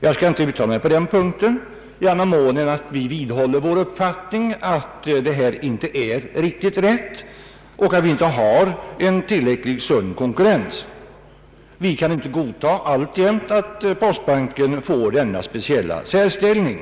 Jag skall inte uttala mig på den punkten i annan mån än att vi vidhåller vår uppfattning att detta inte är riktigt rätt och att vi inte har en tillräckligt sund konkurrens. Vi kan alltjämt inte godta att postbanken får denna speciella särställning.